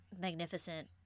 magnificent